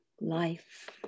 life